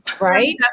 right